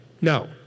No